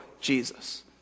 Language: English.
Jesus